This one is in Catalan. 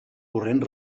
corrent